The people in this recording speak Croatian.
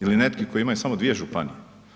Ili neki koji imaju samo dvije županije.